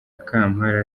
kampala